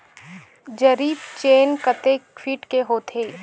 जरीब चेन कतेक फीट के होथे?